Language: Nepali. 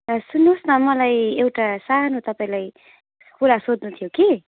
सुन्नुहोस् न मलाई एउटा सानो तपाईँलाई कुरा सोध्नु थियो कि